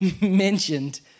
mentioned